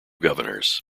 governors